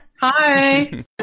hi